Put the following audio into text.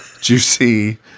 juicy